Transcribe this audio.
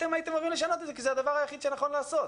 אתם הייתם אמורים לשנות את זה כי זה הדבר היחיד שנכון לעשות.